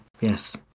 Yes